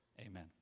amen